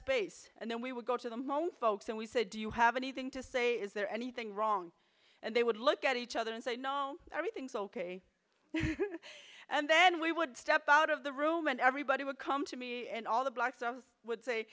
space and then we would go to the mon folks and we said do you have anything to say is there anything wrong and they would look at each other and say no everything's ok and then we would step out of the room and everybody would come to me and all the blacks would say